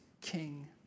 king